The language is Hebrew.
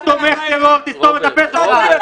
אתה תומך טרור, תסתום את הפה שלך.